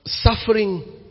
Suffering